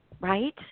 Right